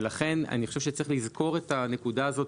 אני חושב שצריך לזכור את הנקודה הזאת